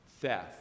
theft